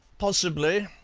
possibly,